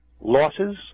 losses